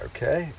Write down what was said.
Okay